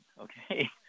okay